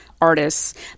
artists